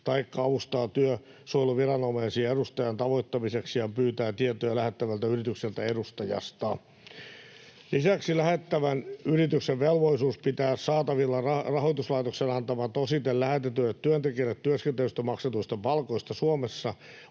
taikka avustaa työsuojeluviranomaisia edustajan tavoittamiseksi ja pyytää tietoja lähettävältä yritykseltä edustajasta. Lisäksi lähettävän yrityksen velvollisuus pitää saatavilla rahoituslaitoksen antama tosite lähetetyille työntekijöille työskentelystä maksetuista palkoista Suomessa